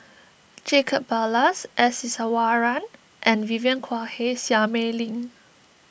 Jacob Ballas S Iswaran and Vivien Quahe Seah Mei Lin